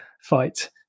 fight